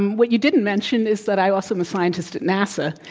what you didn't mention is that i also am a scientist at nasa.